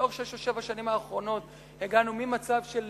לאורך שש או שבע השנים האחרונות הגענו ממצב של